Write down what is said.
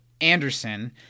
Anderson